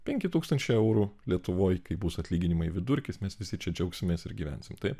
penki tūkstančiai eurų lietuvoj kaip bus atlyginimai vidurkis mes visi čia džiaugsimės ir gyvensim taip